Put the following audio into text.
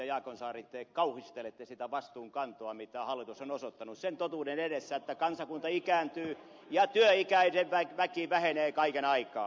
jaakonsaari kauhistelette sitä vastuunkantoa mitä hallitus on osoittanut sen totuuden edessä että kansakunta ikääntyy ja työikäinen väki vähenee kaiken aikaa